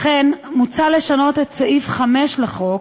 לכן מוצע לשנות את סעיף 5 לחוק